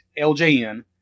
LJN